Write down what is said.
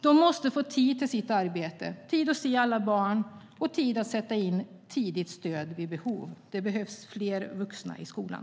De måste få tid till sitt arbete, tid att se alla barn och tid att sätta in tidigt stöd vid behov. Det behövs fler vuxna i skolan.